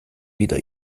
wieder